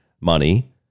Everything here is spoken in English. money